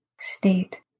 state